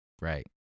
right